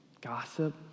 gossip